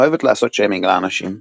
אוהבת לעשות שיימינג לאנשים.